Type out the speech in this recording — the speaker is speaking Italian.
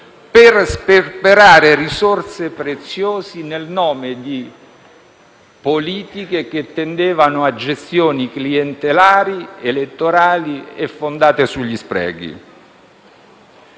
per sperperare risorse preziose nel nome di politiche che tendevano a gestioni clientelari, elettorali e fondate sugli sprechi.